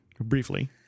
Briefly